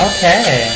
Okay